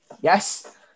Yes